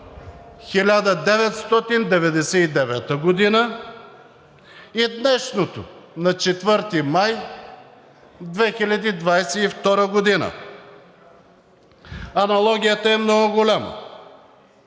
1999 г. и днешното на 4 май 2022 г. Аналогията е много голяма.